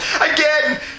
Again